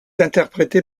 interprétée